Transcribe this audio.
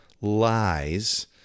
lies